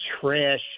trash